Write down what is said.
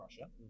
Russia